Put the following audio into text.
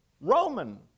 Roman